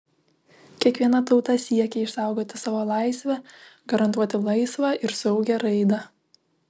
kiekviena tauta siekia išsaugoti savo laisvę garantuoti laisvą ir saugią raidą